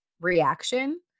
Reaction